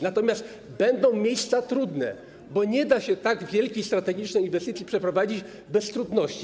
Natomiast będą miejsca trudne, bo nie da się tak wielkiej strategicznej inwestycji przeprowadzić bez trudności.